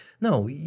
no